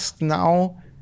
now